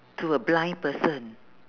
to a blind person